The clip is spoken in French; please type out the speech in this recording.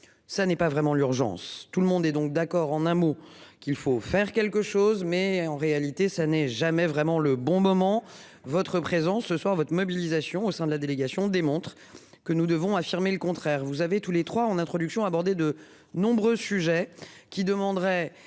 ça n'est pas vraiment l'urgence tout le monde et donc d'accord. En un mot qu'il faut faire quelque chose, mais en réalité, ça n'est jamais vraiment le bon moment votre présence ce soir votre mobilisation au sein de la délégation démontre que nous devons affirmer le contraire. Vous avez tous les trois en introduction abordé de nombreux sujets qui demanderait